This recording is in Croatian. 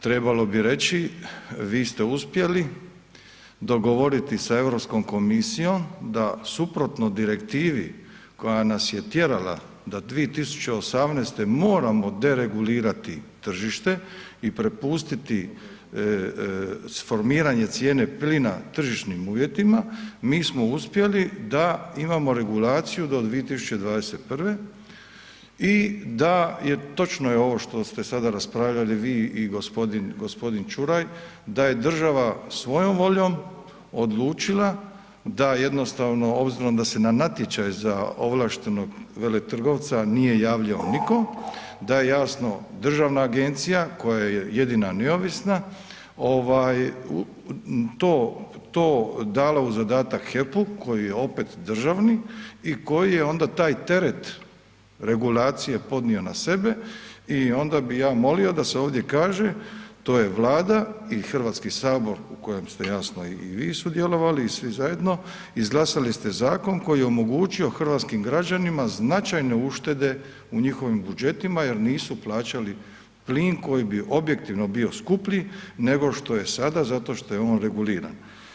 Trebalo bi reći, vi ste uspjeli dogovoriti sa Europskom komisijom da suprotno direktivi koja nas je tjerala da 2018. moramo deregulirati tržište i prepustiti formiranje cijene plina tržišnim uvjetima, mi smo uspjeli da imamo regulaciju do 2021. i da je, točno je ovo što ste sada raspravljali vi i g. Čuraj, da je država svojom voljom odlučila da jednostavno obzirom da se na natječaju za ovlaštenog veletrgovca nije javljao nitko, da jasno državna agencija koja je jedina neovisna, to dala u zadatak HEP-u koji je opet državni i koji je onda taj teret regulacije podnio na sebe i onda bi ja molio da se ovdje kaže, to je Vlada i Hrvatski sabor u kojem ste jasno i vi sudjelovali i svi zajedno, izglasali ste zakon koji je omogućio hrvatskim građanima značajne uštede u njihovim budžetima jer nisu plaćali plin koji bi objektivno bio skuplji nego što je sada zato što je on reguliran.